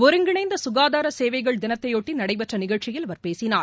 ஒருங்கிணைந்த குகாதார சேவைகள் தினத்தையொட்டி நடைபெற்ற நிகழ்ச்சியில் அவர் பேசினார்